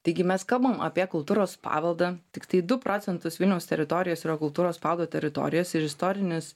taigi mes kalbam apie kultūros paveldą tiktai du procentus vilniaus teritorijos yra kultūros paveldo teritorijos ir istorinis